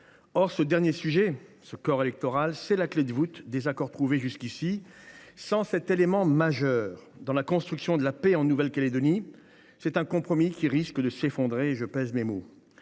Or ce dernier sujet, le corps électoral, est la clé de voûte des accords trouvés jusqu’ici. Sans cet élément majeur dans la construction de la paix en Nouvelle Calédonie, c’est un compromis qui risque de s’effondrer – et je pèse mes mots.